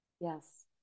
Yes